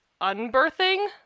unbirthing